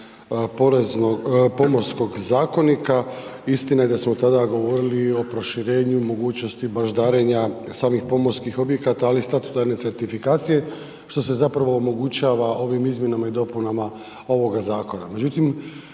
dopunama Pomorskog zakonika, istina je da smo tada govorili o proširenju i mogućnosti baždarenja samih pomorskih objekata ali i statutarne certifikacije što se zapravo omogućava ovim izmjenama i dopunama ovoga zakona.